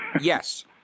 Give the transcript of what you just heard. Yes